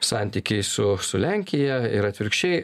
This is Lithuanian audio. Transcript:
santykiai su su lenkija ir atvirkščiai